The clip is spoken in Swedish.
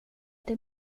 det